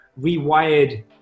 rewired